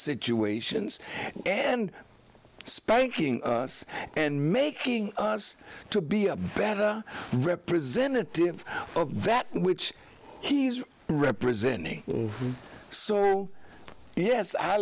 situations and spanking us and making us to be a better representative of that which he's representing so yes i